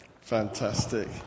Fantastic